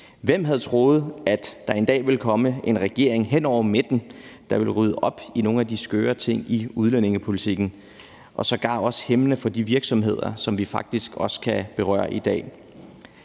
Hvem havde troet, at der en dag ville komme en regering hen over midten, der ville rydde op i nogle af de skøre ting i udlændingepolitikken, og som sågar også er hæmmende for de virksomheder, som vi faktisk også skal berøre i dag?